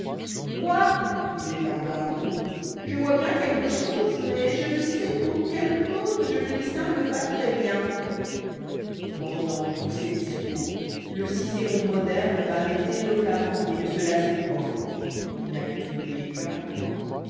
moi disoit un dindon je vois ken quelque shpsej mais je ne sais pour quelle cause je ne distingue pas très bien pendant tous ces discours ie cicéron moderne partait eloqùemment et ne se lassoit point il n'avoit oublié qu'un